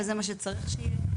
וזה מה שצריך שיהיה.